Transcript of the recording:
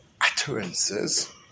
utterances